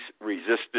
Resistance